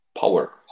Power